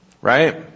Right